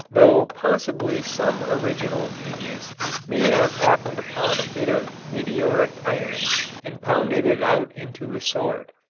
though possibly some original genius may have happened upon a bit of meteoric iron and pounded it out into a sword.